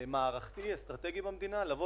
קטנה מאוד, ברובה